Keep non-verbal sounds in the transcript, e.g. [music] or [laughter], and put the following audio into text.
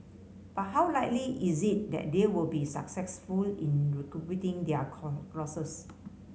but how likely is it that they will be successful in recouping their [unintelligible] losses